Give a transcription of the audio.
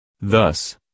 Thus